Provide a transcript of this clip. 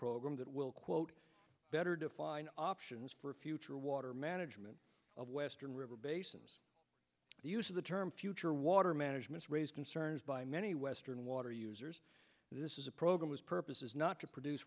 program that will quote better define options for future water management of western river basins the use of the term future water management raised concerns by many western water users this is a program his purpose is not to produce